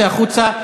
צא החוצה.